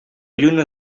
lluna